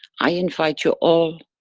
i invite you all,